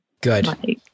Good